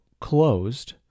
closed